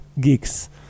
gigs